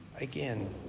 again